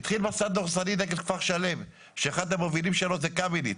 התחיל מסע דורסני נגד כפר שלם שאחד המובילים שלו זה קמיניץ,